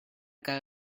guy